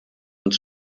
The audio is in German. uns